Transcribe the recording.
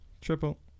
Triple